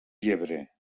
llebrer